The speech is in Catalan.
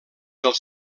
els